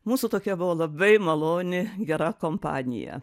mūsų tokia buvo labai maloni gera kompanija